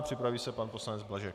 Připraví se pan poslanec Blažek.